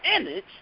image